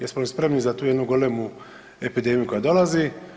Jesmo li spremni za tu jednu golemu epidemiju koja dolazi.